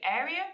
area